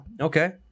Okay